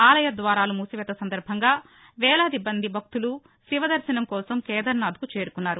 ఆలయ ద్వారాలు మూసివేత సందర్భంగా వేలాది మంది భక్తులు శివ దర్భనం కోసం కేదార్నాథ్కు చేరుకున్నారు